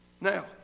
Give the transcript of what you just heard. Now